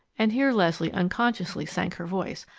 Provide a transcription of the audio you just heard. and here leslie unconsciously sank her voice,